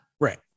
right